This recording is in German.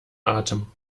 atem